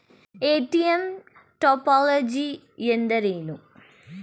ATM topology ಎಂದರೇನು?